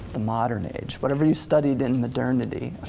the modern age, whatever you studied in modernity.